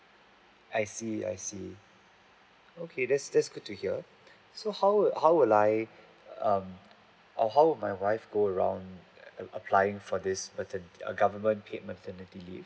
I see I see okay that's that's good to hear so how would how would I um how would my wife go around a~ applying for this materni~ government paid maternity leave